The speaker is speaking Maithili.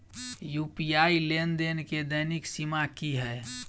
यु.पी.आई लेनदेन केँ दैनिक सीमा की है?